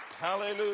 Hallelujah